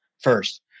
first